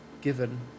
given